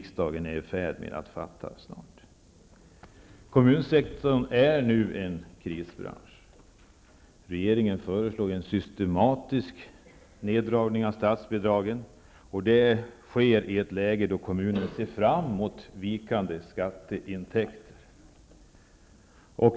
Kommunsektorn är nu en krisbransch. Regeringen föreslår en systematisk neddragning av statsbidragen. Detta sker i ett läge då kommunerna ser fram emot vikande skatteintäkter.